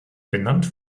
benannt